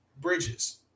bridges